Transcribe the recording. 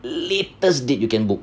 the latest date you can book